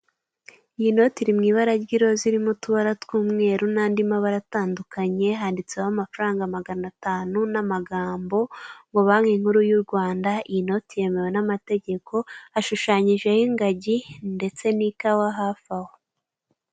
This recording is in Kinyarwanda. Iyi noti iri mu ibara ry'iroza irimo utubara tw'umweru nandi mabara atandukanye, handitseho amafaranga maganatanu, n'amagambo ngo banki nkuru y'u Rwanda, iyi noti yemewe n'amategeko, hashushanyijeho ingagi ndetse n'ikawa hafi aho.